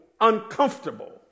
Uncomfortable